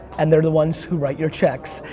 and they're the ones who write your checks,